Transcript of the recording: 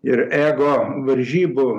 ir ego varžybų